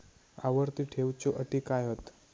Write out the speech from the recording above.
आवर्ती ठेव च्यो अटी काय हत?